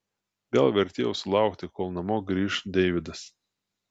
gal vertėjo sulaukti kol namo grįš deividas